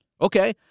Okay